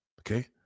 Okay